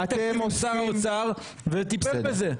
השיג תקציבים וטיפל בזה.